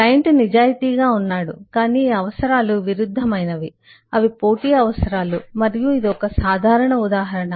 client నిజాయితీగా ఉన్నాడు కాని ఈ అవసరాలు విరుద్ధమైనవి అవి పోటీ అవసరాలు మరియు ఇది ఒక సాధారణ ఉదాహరణ